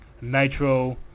Nitro